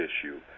issue